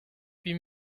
huit